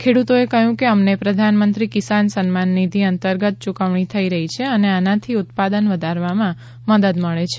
ખેડૂતોએ કહ્યું કે અમને પ્રધાનમંત્રી કિસાન સન્માન નિધિ અંતર્ગત યૂકવણી થઇ રહી છે અને આનાથી ઉત્પાદન વધારવામાં મદદ મળે છે